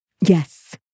Yes